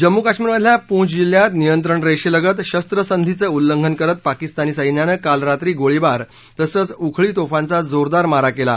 जम्मू काश्मिरमधल्या पूंछ जिल्ह्यात नियंत्रण रेषेलगत शस्त्रसंधीचं उल्लंघन करत पाकिस्तानी सैन्यानं काल रात्री गोळीबार तसंच उखळी तोफाचा जोरदार मारा केला